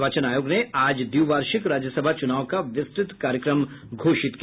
निर्वाचन आयोग ने आज द्विवार्षिक राज्यसभा चुनाव का विस्तृत कार्यक्रम घोषित किया